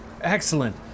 excellent